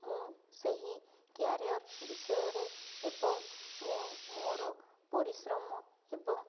ମୁଁ ସେହି କ୍ୟାରିୟର ବିଷୟରେ ଏବଂ ମୁଁ ମୋର ପରିଶ୍ରମ ଏବଂ